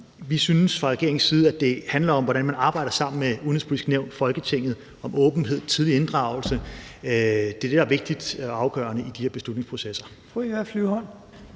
synes vi fra regeringens side, at det handler om, hvordan man sammen med Det Udenrigspolitiske Nævn og Folketinget arbejder med åbenhed og tidlig inddragelse. Det er det, der er vigtigt og afgørende i de her beslutningsprocesser.